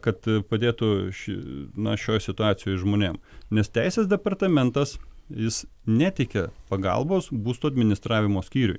kad padėtų ši na šioj situacijoj žmonėm nes teisės departamentas jis neteikia pagalbos būstų administravimo skyriui